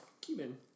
Cumin